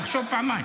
תחשוב פעמיים.